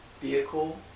vehicle